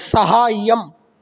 साहाय्यम्